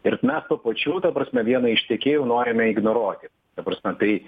ir mes tuo pačiu ta prasme vieną iš tiekėjų norim ignoruoti ta prasme tai